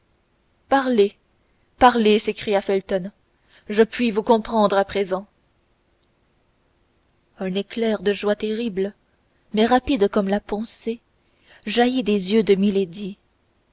parlez parlez s'écria felton je puis vous comprendre à présent un éclair de joie terrible mais rapide comme la pensée jaillit des yeux de